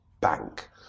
bank